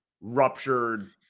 ruptured